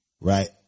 right